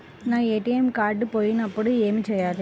నా ATM card పోయినప్పుడు ఏమి చేయాలి?